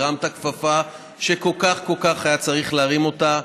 הרמת כפפה שכל כך כל כך היה צריך להרים אותה.